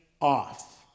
off